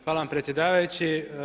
Hvala vam predsjedavajući.